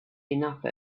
enough